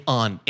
on